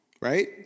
Right